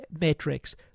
metrics